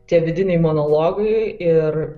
tie vidiniai monologai ir